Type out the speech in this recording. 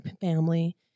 family